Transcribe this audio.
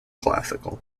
classical